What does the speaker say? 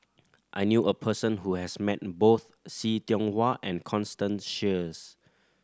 I knew a person who has met both See Tiong Wah and Constance Sheares